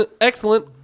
excellent